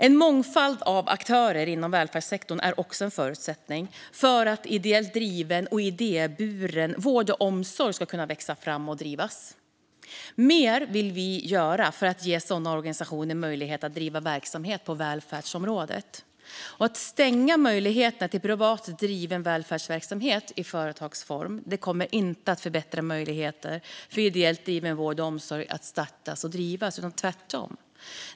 En mångfald av aktörer inom välfärdssektorn är en förutsättning för att ideellt driven och idéburen vård och omsorg ska kunna växa fram och drivas. Vi vill göra mer för att ge sådana organisationer möjlighet att bedriva verksamhet på välfärdsområdet. Att stänga möjligheten till privat driven välfärdsverksamhet i företagsform kommer inte att förbättra möjligheterna för ideellt driven vård och omsorg att startas och drivas - tvärtom.